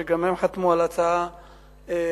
שגם הם חתמו על ההצעה לסדר-היום.